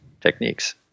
techniques